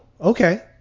okay